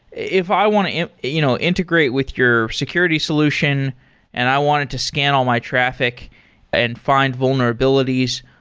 if i want to and you know integrate with your security solution and i wanted to scan all my traffic and find vulnerabilities,